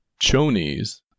chonies